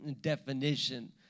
definition